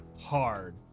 hard